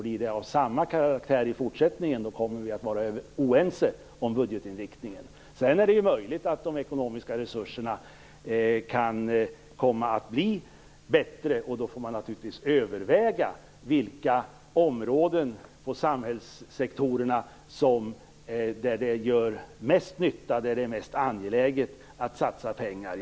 Blir den av samma karaktär i fortsättningen kommer vi att vara oense om budgetinriktningen. Sedan är det möjligt att de ekonomiska resurserna kan komma att bli bättre, och då får man naturligtvis överväga på vilka samhällssektorer det gör mest nytta och är mest angeläget att satsa pengar.